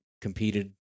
competed